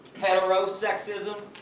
heterosexism.